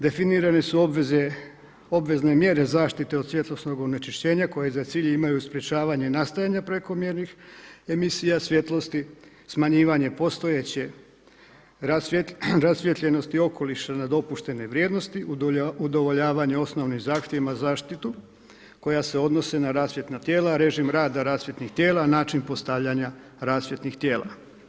Definirane su obvezne mjere zaštite od svjetlosnog onečišćenja koje za cilj imaju sprečavanje nastajanja prekomjernih emisija svjetlosti, smanjivanje postojeće rasvijetljenosti okoliša na dopuštenoj vrijednosti, udovoljavanje osnovnim zahtjevima, zaštitu koja se odnosi na rasvjetna tijela, režim rada rasvjetnih tijela, način postavljanja rasvjetnih tijela.